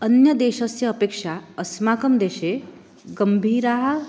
अन्यदेशस्य अपेक्षया अस्माकं देशे गम्भीरा